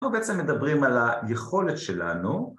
אנחנו בעצם מדברים על היכולת שלנו